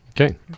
Okay